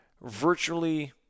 virtually –